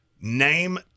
Name